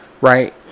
Right